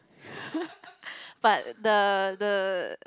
but the the